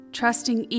trusting